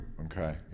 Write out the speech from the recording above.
Okay